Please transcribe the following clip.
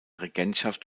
regentschaft